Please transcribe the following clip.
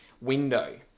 window